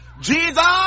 Jesus